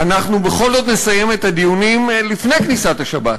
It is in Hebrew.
אנחנו בכל זאת נסיים את הדיונים לפני כניסת השבת,